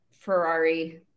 Ferrari